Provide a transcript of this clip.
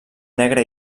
negre